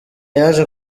yaje